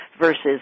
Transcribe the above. versus